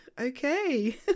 Okay